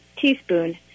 teaspoon